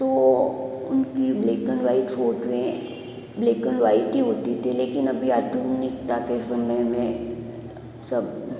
तो उनकी black and white फोटूएँ ब्लैक एंड व्हाइट ही होती थी लेकिन अभी आधुनिकता के समय में सब